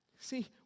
See